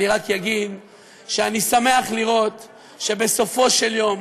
אני רק אגיד שאני שמח לראות שבסופו של יום,